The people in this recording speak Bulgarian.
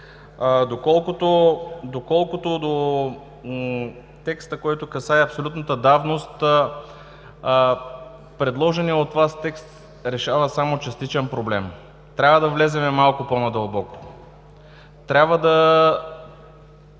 на чл. 417. Текстът, който касае абсолютната давност – предложеният от Вас текст, решава само частичен проблем. Трябва да влезем малко по-надълбоко,